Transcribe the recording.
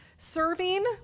Serving